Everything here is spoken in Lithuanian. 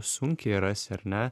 sunkiai rasi ar ne